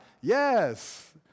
Yes